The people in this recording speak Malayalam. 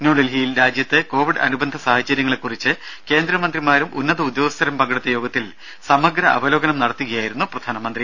ന്യൂഡൽഹിയിൽ രാജ്യത്തെ കോവിഡ് അനുബന്ധ സാഹചര്യങ്ങളെ കുറിച്ച് കേന്ദ്രമന്ത്രിമാരും ഉന്നത ഉദ്യോഗസ്ഥരും പങ്കെടുത്ത യോഗത്തിൽ സമഗ്ര അവലോകനം നടത്തുകയായിരുന്നു പ്രധാനമന്ത്രി